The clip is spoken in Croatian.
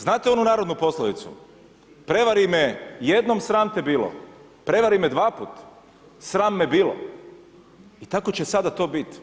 Znate onu narodnu poslovicu „Prevari me jednom sram te bilo, prevari me dvaput sram me bilo“ i tako će sada to bit.